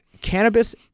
cannabis